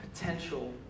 potential